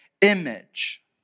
image